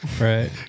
Right